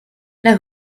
now